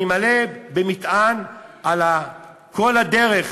אני מלא במטען על כל הדרך